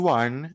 one